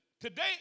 today